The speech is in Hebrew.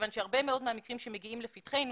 כיוון שהרבה מאוד מהמקרים שמגיעים לפתחנו,